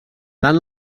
tant